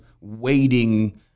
waiting